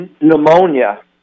pneumonia